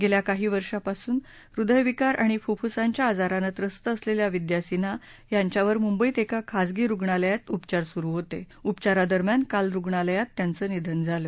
गेल्या काही वर्षांपासून हृद्यविकार आणि फुफ्फुसांच्या आजारानं त्रस्त असलेल्या विद्या सिन्हा यांच्यावर मुंबईत एका खासगी रुग्णालयात उपचार सुरू होते उपचारादरम्यान काल रुग्णालयात त्यांचं निधन झालं